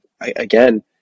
again